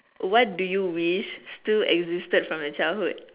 what do you wish still existed from your childhood